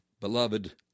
Beloved